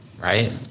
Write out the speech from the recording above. right